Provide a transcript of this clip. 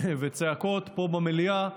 וצעקות פה במליאה,